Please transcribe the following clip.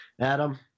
Adam